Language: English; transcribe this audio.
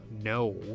no